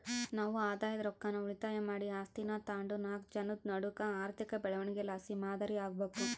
ನಾವು ಆದಾಯದ ರೊಕ್ಕಾನ ಉಳಿತಾಯ ಮಾಡಿ ಆಸ್ತೀನಾ ತಾಂಡುನಾಕ್ ಜನುದ್ ನಡೂಕ ಆರ್ಥಿಕ ಬೆಳವಣಿಗೆಲಾಸಿ ಮಾದರಿ ಆಗ್ಬಕು